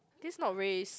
this not race